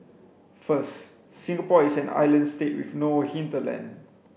first Singapore is an island state with no hinterland